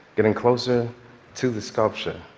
getting closer to the sculpture,